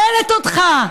שואלת אותך.